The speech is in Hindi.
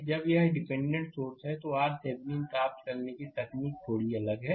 अब जब यह डिपेंडेंट सोर्सहै तो RThevenin प्राप्त करने की तकनीक थोड़ी अलग है